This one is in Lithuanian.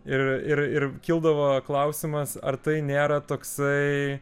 ir ir ir kildavo klausimas ar tai nėra toksai